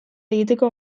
egiteko